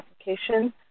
application